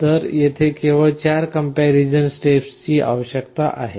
तर येथे केवळ 4 कंपॅरीझन स्टेप्सची आवश्यकता आहे